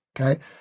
okay